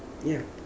ya